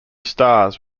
stars